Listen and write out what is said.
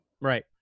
right